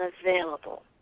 available